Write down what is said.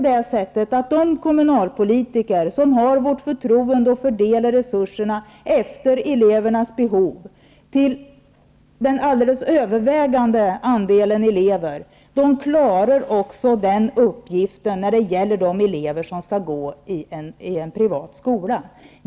De kommunalpolitiker som har vårt förtroende att fördela resurserna efter elevernas behov till den alldeles övervägande andelen elever, klarar också den uppgiften när det gäller de elever som skall gå i en privat skola.